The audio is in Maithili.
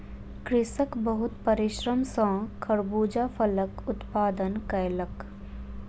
कृषक बहुत परिश्रम सॅ खरबूजा फलक उत्पादन कयलक